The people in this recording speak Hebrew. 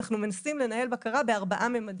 אנחנו מנסים לנהל בקרה בארבעה ממדים.